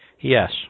Yes